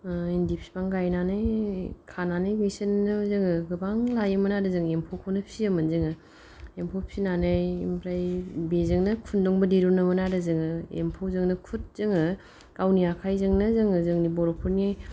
इन्दि फिफां गायनानै खानानै बिसोरोंनो जोङो गोबां लायोमोन आरो जोङो एम्फौखौनो फिसियोमोन जों एम्फौ फिसिनानै ओमफ्राय बेजोंनो खुन्दुंबो दिरुनोमोन आरो जों एम्फौजोंनो खुद जों गावनि आखायजोंनो जों जोंनि बर'फोरनि